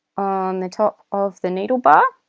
on the top of the needle bar.